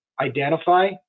identify